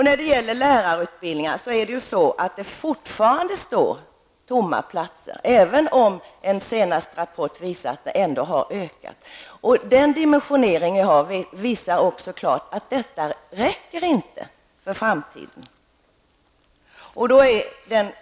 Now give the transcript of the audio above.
När det gäller lärarutbildningen står det fortfarande platser tomma, även om en senaste rapport visar att antalet studenter ökat. Det har klart visat sig att den dimensionering vi har inte räcker för framtiden.